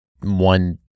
one